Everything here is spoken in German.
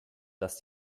dass